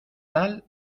tal